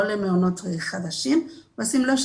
לא למעונות חדשים ושימי לב,